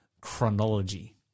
chronology